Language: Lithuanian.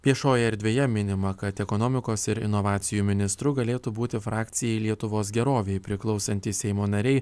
viešojoje erdvėje minima kad ekonomikos ir inovacijų ministru galėtų būti frakcijai lietuvos gerovei priklausantys seimo nariai